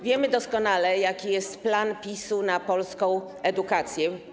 Wiemy doskonale, jaki jest plan PiS-u na polską edukację.